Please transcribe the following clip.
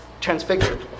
transfigured